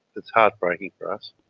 it's heartbreaking for us.